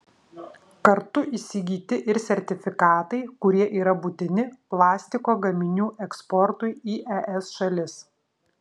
kartu įsigyti ir sertifikatai kurie yra būtini plastiko gaminių eksportui į es šalis